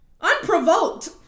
Unprovoked